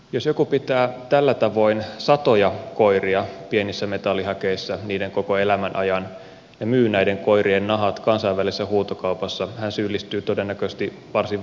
jos joku pitää tällä tavoin satoja koiria pienissä metallihäkeissä niiden koko elämän ajan ja myy näiden koirien nahat kansainvälisessä huutokaupassa hän syyllistyy todennäköisesti varsin vakavaan rikokseen